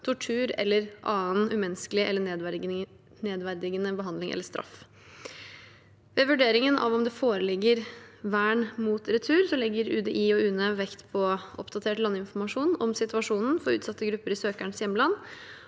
tortur eller annen umenneskelig eller nedverdigende behandling eller straff. Ved vurderingen av om det foreligger vern mot retur, legger UDI og UNE vekt på oppdatert landinformasjon om situasjonen for utsatte grupper i søkerens hjemland,